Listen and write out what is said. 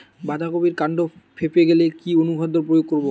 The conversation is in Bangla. বাঁধা কপির কান্ড ফেঁপে গেলে কি অনুখাদ্য প্রয়োগ করব?